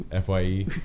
FYE